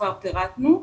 כבר פירטנו,